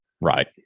Right